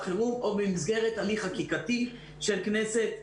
חירום או במסגרת הליך חקיקתי של כנסת ישראל.